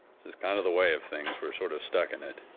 this is kind of the way of things. we're sort of stuck in it.